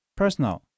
personal